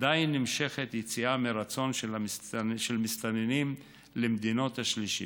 עדיין נמשכת יציאה מרצון של מסתננים למדינות השלישיות.